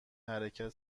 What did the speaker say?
حرکت